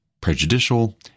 prejudicial